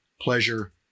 pleasure